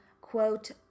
quote